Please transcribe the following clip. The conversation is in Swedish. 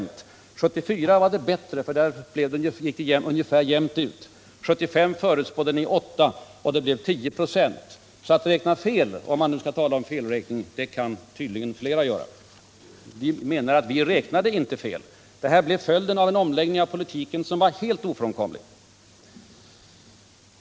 1974 var det bättre, då gick det ungefär jämnt ut. 1975 förutspådde ni 8 26 och det blev 10 96. Räkna fel - om man nu skall tala om felräkning — kan tydligen fler göra. Vi menar att vi inte räknade fel. Prishöjningarna blev följden av en omläggning av politiken som var helt ofrånkomlig.